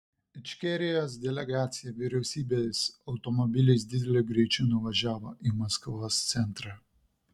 ičkerijos delegacija vyriausybės automobiliais dideliu greičiu nuvažiavo į maskvos centrą